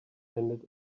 ended